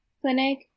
clinic